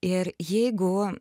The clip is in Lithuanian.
ir jeigu